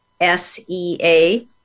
S-E-A